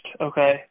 Okay